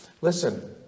Listen